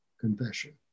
confession